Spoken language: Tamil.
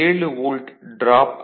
7 வோல்ட் டிராப் 0